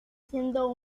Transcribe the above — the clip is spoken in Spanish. siendo